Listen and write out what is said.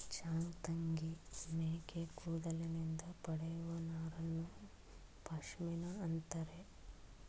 ಚಾಂಗ್ತಂಗಿ ಮೇಕೆ ಕೂದಲಿನಿಂದ ಪಡೆಯುವ ನಾರನ್ನು ಪಶ್ಮಿನಾ ಅಂತರೆ